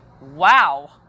Wow